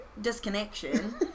disconnection